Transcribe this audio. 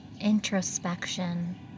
introspection